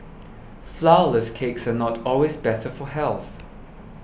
Flourless Cakes are not always better for health